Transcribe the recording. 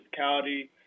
physicality